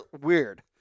weird